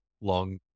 long